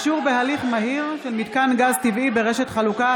(אישור בהליך מהיר של מיתקן גז טבעי ברשת חלוקה),